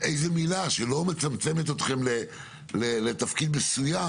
איזו מילה שלא מצמצמת אתכם לתפקיד מסוים,